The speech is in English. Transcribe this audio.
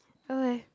okay